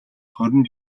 хорин